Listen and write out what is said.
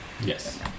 Yes